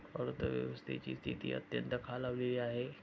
अर्थव्यवस्थेची स्थिती अत्यंत खालावली आहे